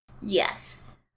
yes